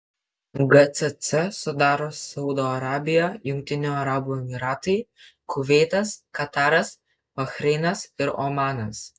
gcc sudaro saudo arabija jungtinių arabų emyratai kuveitas kataras bahreinas ir omanas